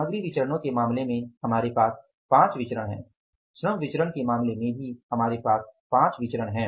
सामग्री विचरणो के मामले में हमारे पास 5 विचरण हैं श्रम विचरण के मामले में भी हमारे पास 5 विचरण हैं